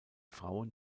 frauen